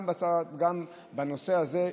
גם בנושא הזה,